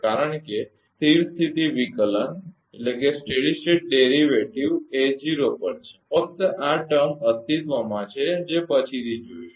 કારણ કે સ્થિર સ્થિતી વિકલન એ 0 પર છે ફક્ત આ શબ્દટર્મ અસ્તિત્વમાં છે જે પછીથી જોઇશું